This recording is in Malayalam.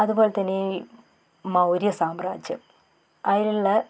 അതുപോലെ തന്നെ ഈ മൗര്യ സാമ്രാജ്യം അതിലുള്ള